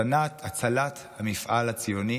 הצלת המפעל הציוני